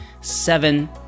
seven